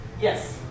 yes